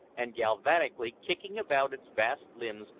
and galvanically kicking about its vast limbs,